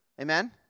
Amen